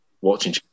watching